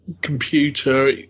computer